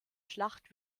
schlacht